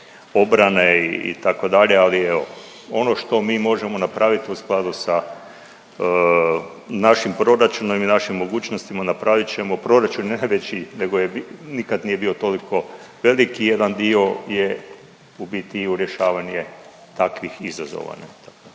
obrane itd. ali evo. Ono što mi možemo napravit u skladu sa našim proračunom i našim mogućnostima napravit ćemo. Proračun je najveći nego je, nikad nije bio toliko veliki. Jedan dio je u biti i u rješavanje takvih izazova,